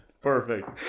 Perfect